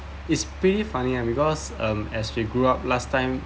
it's pretty funny ah because um as we grew up last time